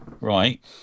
right